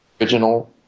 original